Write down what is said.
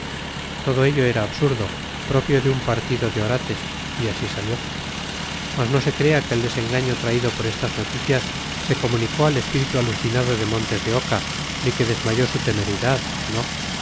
todo ello era absurdo propio de un partido de orates y así salió mas no se crea que el desengaño traído por estas noticias se comunicó al espíritu alucinado de montes de oca ni que desmayó su temeridad no